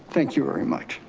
thank you very much.